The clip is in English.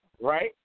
Right